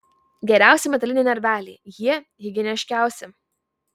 geriausi metaliniai narveliai jie higieniškiausi